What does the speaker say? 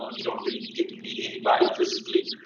um you don't really get to meat anybody physically.